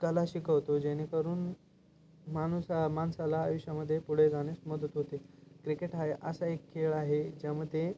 कला शिकवतो जेणेकरून माणूस माणसाला आयुष्यामध्ये पुढे जाणेस मदत होते क्रिकेट हा ए असा एक खेळ आहे ज्यामध्ये